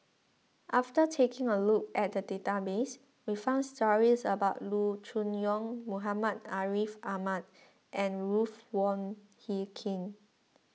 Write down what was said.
after taking a look at the database we found stories about Loo Choon Yong Muhammad Ariff Ahmad and Ruth Wong Hie King